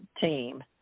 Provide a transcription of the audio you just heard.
team